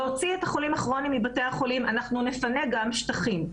להוציא את החולים הכרוניים מבתי החולים - אנחנו נפנה גם שטחים.